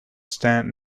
stand